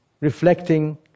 reflecting